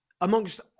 amongst